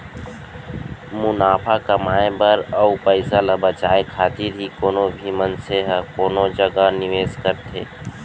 मुनाफा कमाए बर अउ पइसा ल बचाए खातिर ही कोनो भी मनसे ह कोनो जगा निवेस करथे